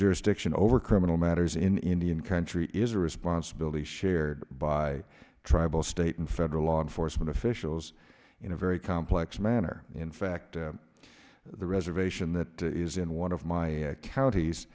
jurisdiction over criminal matters in indian country is a responsibility shared by tribal state and federal law enforcement officials in a very complex manner in fact the reservation that is in one of my counties